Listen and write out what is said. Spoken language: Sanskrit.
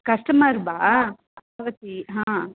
कस्टमर् वा भवती हा